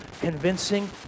convincing